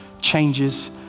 changes